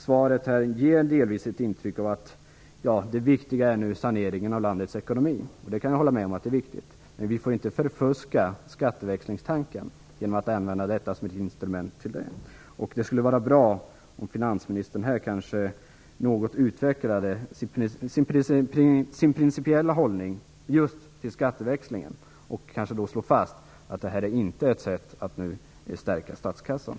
Svaret ger delvis det intrycket att det viktiga nu är saneringen av landets ekonomi - jag kan hålla med om det - men vi får inte förfuska skatteväxlingstanken genom att använda skatteväxlingen som ett instrument för att få in pengar till statskassan. Det skulle vara bra om finansministern något utvecklade sin principiella hållning i frågan om skatteväxling och kanske slog fast att det inte blir ett sätt att stärka statskassan.